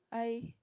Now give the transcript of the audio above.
I